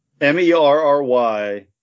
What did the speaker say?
M-E-R-R-Y